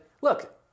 look